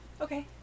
Okay